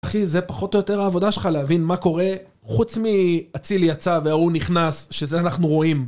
אחי, זה פחות או יותר העבודה שלך להבין מה קורה חוץ מאציל יצא והוא נכנס, שזה אנחנו רואים